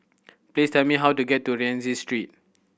please tell me how to get to Rienzi Street